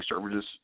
services